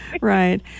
right